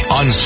on